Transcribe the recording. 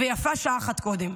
ויפה שעה אחת קודם.